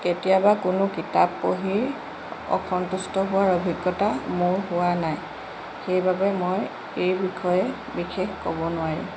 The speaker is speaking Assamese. কেতিয়াবা কোনো কিতাপ পঢ়ি অসন্তুষ্ট হোৱাৰ অভিজ্ঞতা মোৰ হোৱা নাই সেইবাবে মই এই বিষয়ে বিশেষ ক'ব নোৱাৰিম